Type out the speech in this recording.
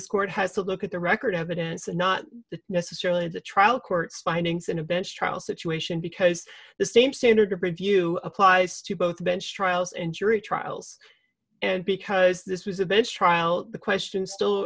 court has to look at the record evidence and not necessarily the trial court's findings in a bench trial situation because the same standard of review applies to both bench trials and jury trials and because this was a bench trial the question still